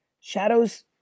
Shadows